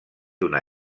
d’una